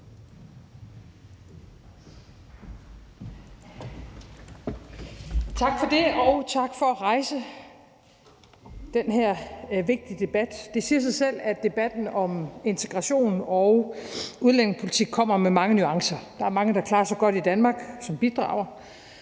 Tak for det, og tak for at rejse den her vigtige debat. Det siger sig selv, at debatten om integrations- og udlændingepolitik kommer med mange nuancer. Der er mange, der klarer sig godt i Danmark, og som bidrager.